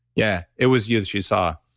yeah, it was you that she saw.